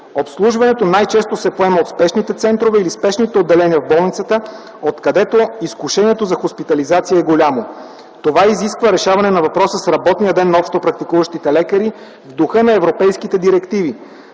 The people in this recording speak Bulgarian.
Обслужването най-често се поема от спешните центрове или спешните отделения в болницата, откъдето изкушението за хоспитализация е голямо. Това изисква решаване на въпроса с работния ден на общопрактикуващите лекари в духа на европейските директиви.